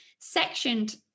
sectioned